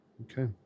Okay